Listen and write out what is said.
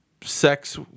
sex